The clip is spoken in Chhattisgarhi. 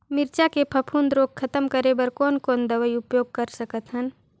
मिरचा के फफूंद रोग खतम करे बर कौन कौन दवई उपयोग कर सकत हन?